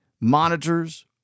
monitors